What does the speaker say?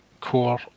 core